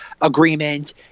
agreement